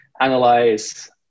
analyze